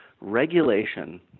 regulation